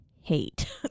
hate